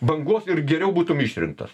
bangos ir geriau būtum išrinktas